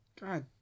God